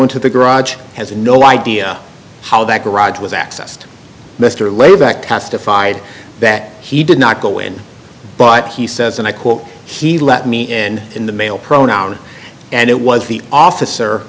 into the garage has no idea how that garage was accessed mr layback testified that he did not go in but he says and i quote he let me in in the mail pronoun and it was the officer